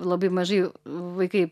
labai mažai vaikai